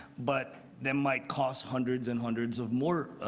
but they might cost hundreds and hundreds of more